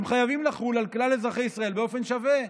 הם חייבים לחול על כלל ישראל באופן שווה.